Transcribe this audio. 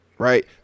Right